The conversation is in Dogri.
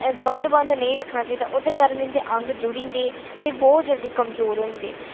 ते बंद बंद नेईं रक्खना चाहिदा ओह्दी वजह् कन्नै इं'दे अंग जुड़ी जंदे ते बहुत जैदा कमजोर होई जंदे